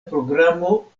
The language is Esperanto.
programo